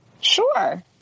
Sure